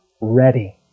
ready